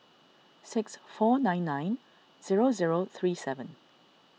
six four nine nine zero zero three seven